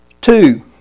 two